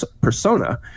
persona